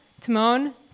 Timon